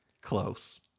close